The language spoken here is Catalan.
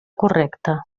correcta